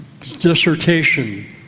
dissertation